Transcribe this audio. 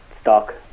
stock